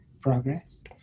progress